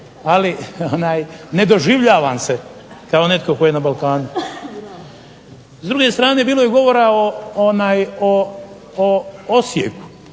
ali ne doživljavam se kao netko tko je na Balkanu. S druge strane bilo je govora o Osijeku,